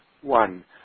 One